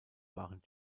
waren